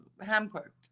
hampered